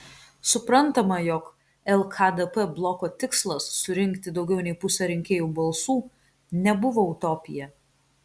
suprantama jog lkdp bloko tikslas surinkti daugiau nei pusę rinkėjų balsų nebuvo utopija